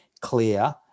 clear